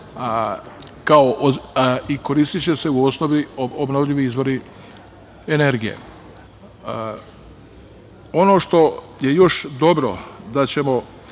i koristiće se u osnovi obnovljivi izvori energije. Ono što je još dobro, da ćemo